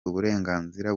uburenganzira